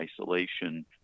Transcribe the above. isolation